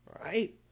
right